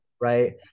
right